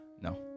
No